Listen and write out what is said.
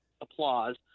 applause